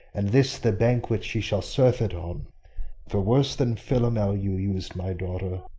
and this the banquet she shall surfeit on for worse than philomel you us'd my daughter,